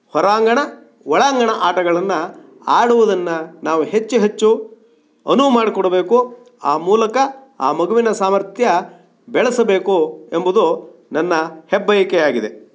ಹೊರಾಂಗಣ ಒಳಾಂಗಣ ಆಟಗಳನ್ನು ಆಡುವುದನ್ನು ನಾವು ಹೆಚ್ಚು ಹೆಚ್ಚು ಅನುವು ಮಾಡಿಕೊಡಬೇಕು ಆ ಮೂಲಕ ಆ ಮಗುವಿನ ಸಾಮರ್ಥ್ಯ ಬೆಳೆಸಬೇಕು ಎಂಬುದು ನನ್ನ ಹೆಬ್ಬಯಕೆಯಾಗಿದೆ